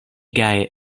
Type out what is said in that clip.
gaje